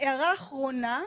הערה אחרונה,